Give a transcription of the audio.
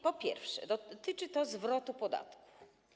Po pierwsze, dotyczy to zwrotu podatku.